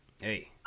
Hey